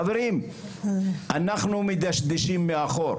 חברים, אנחנו מדשדשים מאחור.